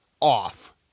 off